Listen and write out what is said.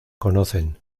conocen